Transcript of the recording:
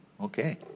Okay